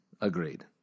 Agreed